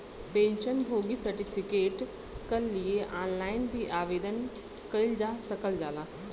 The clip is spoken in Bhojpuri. पेंशन भोगी सर्टिफिकेट कल लिए ऑनलाइन भी आवेदन कइल जा सकल जाला